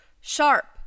Sharp